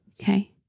Okay